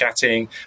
chatting